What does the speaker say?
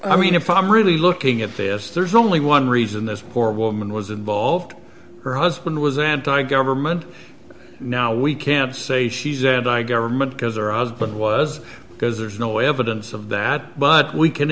i mean if i'm really looking at this there's only one reason this poor woman was involved her husband was anti government now we can say she said i government because there has been was because there's no evidence of that but we can